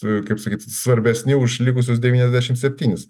kaip sakyt svarbesni už likusius devyniasdešimt septynis